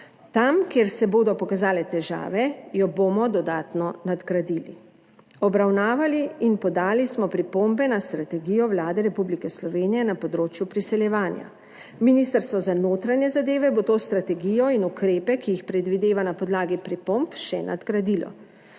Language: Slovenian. Tam, kjer se bodo pokazale težave, jo bomo dodatno nadgradili. Obravnavali in podali smo pripombe na strategijo Vlade Republike Slovenije na področju priseljevanja. Ministrstvo za notranje zadeve bo to strategijo in ukrepe, ki jih predvideva na podlagi pripomb še nadgradilo.